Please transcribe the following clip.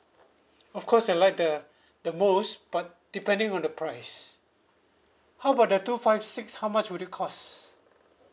of course I like the the most but depending on the price how about the two five six how much would it costs